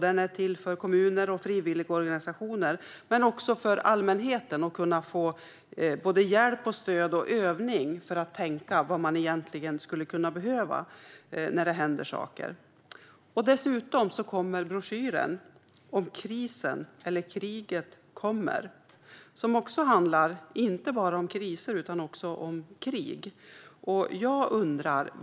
Den är till för att kommuner, frivilligorganisationer och allmänheten ska få hjälp, stöd och övning att tänka igenom vad som behövs när det händer saker. Dessutom kommer broschyren Om krisen eller kriget kommer . Den handlar inte bara om kriser utan också om krig.